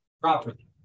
properly